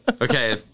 Okay